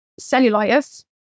cellulitis